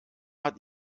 hat